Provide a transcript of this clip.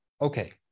okay